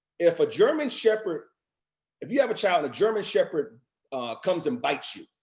if a german shepherd if you have a child and a german shepherd comes and bites you,